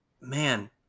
Man